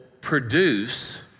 produce